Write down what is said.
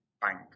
bank